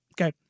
Okay